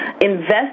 Invest